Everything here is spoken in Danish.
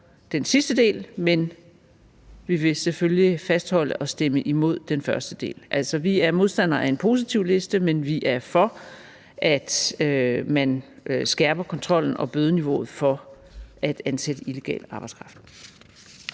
den sidste del, men vi vil selvfølgelig fastholde at stemme imod den første del. Altså, vi er modstandere af en positivliste, men vi er for, at man skærper kontrollen og bødeniveauet for at ansætte illegal arbejdskraft.